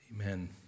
Amen